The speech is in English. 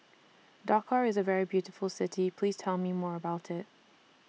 Dakar IS A very beautiful City Please Tell Me More about IT